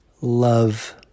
love